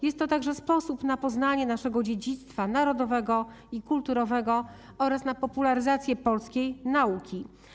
Jest to także sposób na poznanie naszego dziedzictwa narodowego i kulturowego oraz na popularyzację polskiej nauki.